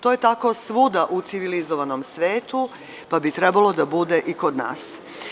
To je tako svuda u civilizovanom svetu, pa bi trebalo da bude i kod nas.